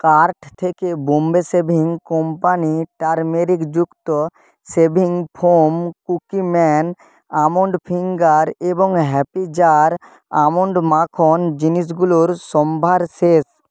cart থেকে বম্বে শেভিং কোম্পানি টারমেরিকযুক্ত shaving foam Cookieman almond finger এবং হ্যাপি জার আমণ্ড মাখন জিনিসগুলোর সম্ভার শেষ